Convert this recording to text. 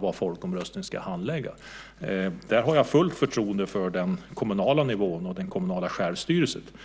vad folkomröstningen ska handlägga. Jag har fullt förtroende för den kommunala nivån och det kommunala självstyret.